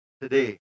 today